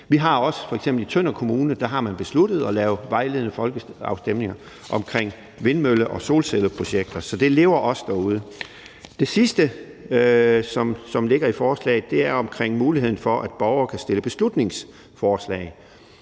i Tønder Kommune besluttet at lave vejledende folkeafstemninger om vindmølle- og solcelleprojekter. Så det lever også derude. Det sidste, som ligger i forslaget, er omkring muligheden for, at borgere kan stille beslutningsforslag.